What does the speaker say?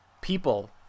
people